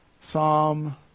Psalm